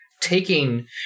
taking